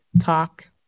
talk